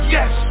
Yes